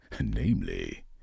Namely